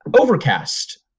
Overcast